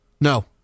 No